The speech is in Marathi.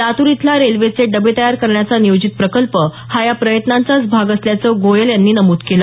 लातूर इथला रेल्वेचे डबे तयार करण्याचा नियोजित प्रकल्प हा या प्रयत्नांचाच भाग असल्याचं गोयल यांनी नमूद केलं